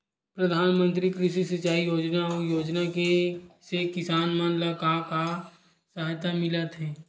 प्रधान मंतरी कृषि सिंचाई योजना अउ योजना से किसान मन ला का सहायता मिलत हे?